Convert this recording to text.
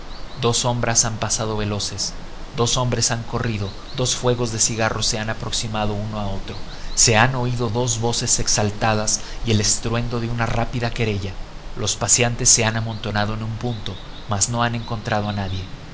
dos sombras han pasado veloces dos hombres han corrido dos fuegos de cigarro se han aproximado uno a otro se han oído dos voces exaltadas y el estruendo de una rápida querella los paseantes se han amontonado en un punto mas no han encontrado a nadie